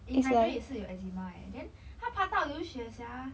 eh nigel 也是有 eczema eh then 他拔到流血 sia